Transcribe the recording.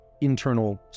internal